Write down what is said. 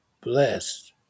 blessed